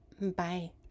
Bye